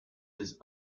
his